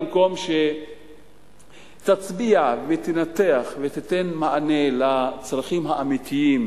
במקום שתצביע ותנתח ותיתן מענה לצרכים האמיתיים,